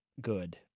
good